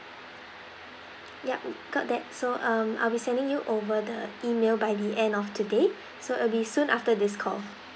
yup caught that so um I'll be sending you over the email by the end of today so it'll be soon after this call